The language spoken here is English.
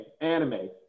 anime